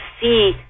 see